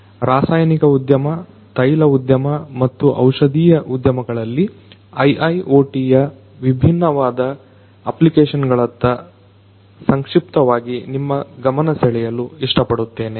ರಾಸಾಯನಿಕ ಉದ್ಯಮ ತೈಲ ಉದ್ಯಮ ಮತ್ತು ಔಷಧಿಯ ಉದ್ಯಮಗಳಲ್ಲಿ IIoT ಯ ಭಿನ್ನವಾದ ಅಪ್ಲಿಕೇಷನ್ಗಳತ್ತ ಸಂಕ್ಷಿಪ್ತವಾಗಿ ನಿಮ್ಮ ಗಮನ ಸೆಳೆಯಲು ಇಷ್ಟಪಡುತ್ತೇನೆ